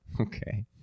Okay